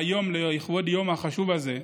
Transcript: והיום, לכבוד היום החשוב הזה,